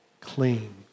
clean